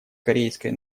корейской